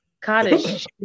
cottage